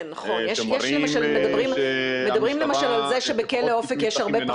כן, נכון, מדברים על זה שבכלא אופק יש הרבה פחות.